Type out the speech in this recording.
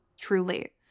Truly